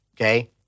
Okay